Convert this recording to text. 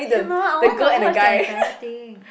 cannot I wanna watch the entire thing